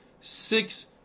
six